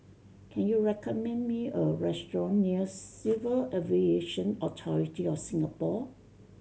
can you recommend me a restaurant near Civil Aviation Authority of Singapore